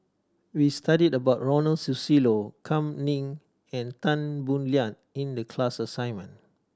we studied about Ronald Susilo Kam Ning and Tan Boo Liat in the class assignment